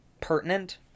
pertinent